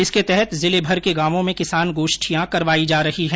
इसके तहत जिलेभर के गांवों में किसान गोष्ठियां करवाई जा रही है